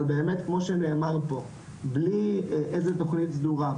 אבל באמת כמו שנאמר פה בלי איזה תוכנית סדורה,